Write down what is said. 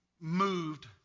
moved